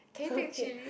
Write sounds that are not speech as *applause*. so cute *breath*